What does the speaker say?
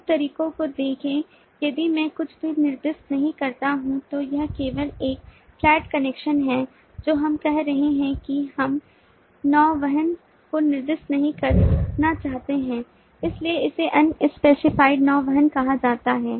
प्रमुख प्रतीकों को देखें यदि मैं कुछ भी निर्दिष्ट नहीं करता हूं तो यह केवल एक flat कनेक्शन है तो हम कह रहे हैं कि हम नौवहन को निर्दिष्ट नहीं करना चाहते हैं इसलिए इसे unspecified नौवहन कहा जाता है